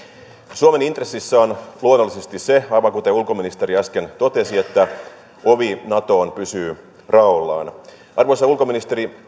suomen intressissä on luonnollisesti se aivan kuten ulkoministeri äsken totesi että ovi natoon pysyy raollaan arvoisa ulkoministeri